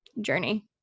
journey